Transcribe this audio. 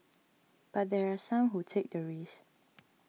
but there are some who take the risk